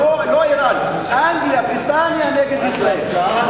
לא אירן, אנגליה, בריטניה נגד ישראל.